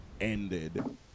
ended